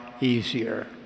easier